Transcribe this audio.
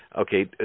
Okay